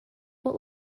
what